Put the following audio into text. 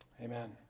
amen